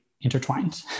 intertwined